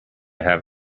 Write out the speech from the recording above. have